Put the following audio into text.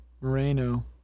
Moreno